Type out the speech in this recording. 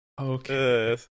Okay